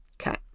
Okay